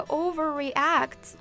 overreact